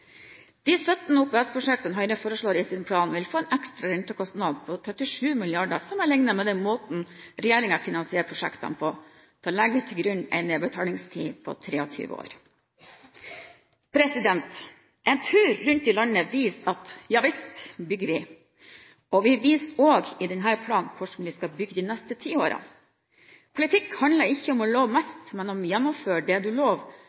De 17 OPS-prosjektene Høyre foreslår i sin plan, vil få en ekstra rentekostnad på 37 mrd. kr sammenlignet med den måten regjeringen finansierer prosjektene på. Da legger vi til grunn en nedbetalingstid på 23 år. En tur rundt i landet viser at ja visst bygger vi – og vi viser også i denne planen hvordan vi skal bygge de neste ti årene. Politikk handler ikke om å love mest, men om å gjennomføre det